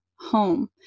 home